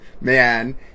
man